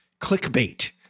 clickbait